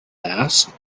asked